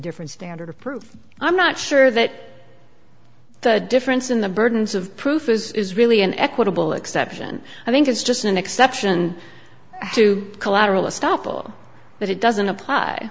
different standard of proof i'm not sure that the difference in the burdens of proof is really an equitable exception i think it's just an exception to collateral estoppel but it doesn't apply